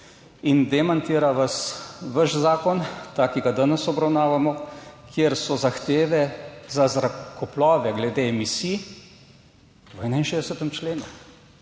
in demantira vas vaš zakon, ta, ki ga danes obravnavamo, kjer so zahteve za zrakoplove glede emisij v 61. členu,